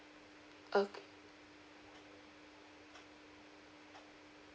okay